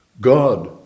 God